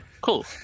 Cool